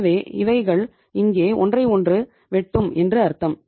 எனவே இவைகள் இங்கே ஒன்றை ஒன்று வெட்டும் என்று அர்த்தம்